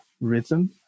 rhythm